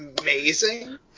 amazing